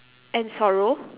and sorrow